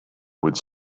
would